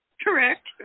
Correct